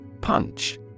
Punch